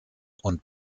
und